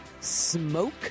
smoke